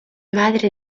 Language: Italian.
madre